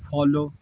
follow